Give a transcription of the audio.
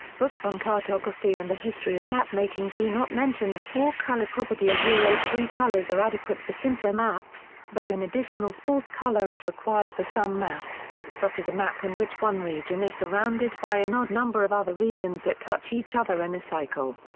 books on cartography and the history of mapmaking do not mention the four-color property. yeah three colors are adequate for simpler maps, but an additional fourth color is required for some maps, such as a map in which one region is surrounded by an odd number of other regions that touch each other in a cycle.